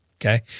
Okay